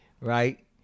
right